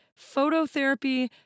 phototherapy